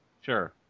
Sure